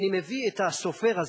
אני מביא את הסופר הזה,